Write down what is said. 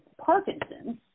Parkinson's